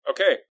Okay